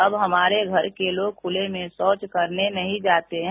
अब हमारे घर के लोग खुले में शौच करने नहीं जाते हैं